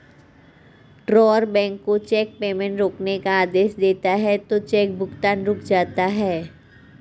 drawer bank को cheque payment रोकने का आदेश देता है तो चेक भुगतान रुक जाता है